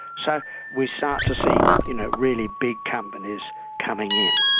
so we start to see you know really big companies coming in.